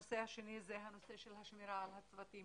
הנושא השני זה הנושא של השמירה על הצוותים